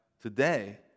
today